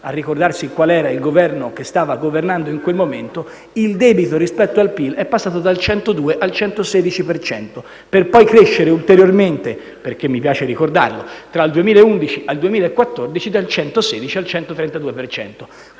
a ricordarsi qual era il Governo che stava governando in quel momento - il debito rispetto al PIL è passato dal 102 al 116 per cento, per poi crescere ulteriormente - perché mi piace ricordarlo - tra il 2011 e il 2014, dal 116 al 132